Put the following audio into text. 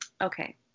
Okay